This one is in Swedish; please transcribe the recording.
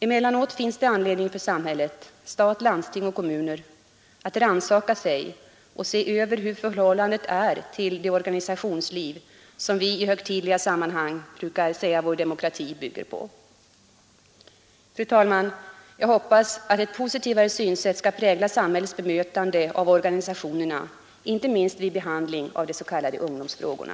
Emellanåt finns det anledning för samhället — stat, landsting och kommuner — att rannsaka sig och se över hur förhållandet är till det organisationsliv som vi i högtidliga sammanhang brukar säga att vår demokrati bygger på. Fru talman! Jag hoppas att ett positivare synsätt skall prägla samhällets bemötande av organisationerna, inte minst vid behandling av de s.k. ungdomsfrågorna.